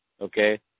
okay